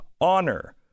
honor